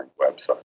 website